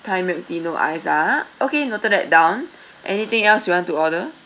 thai milk tea no ice ah okay noted that down anything else you want to order